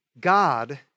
God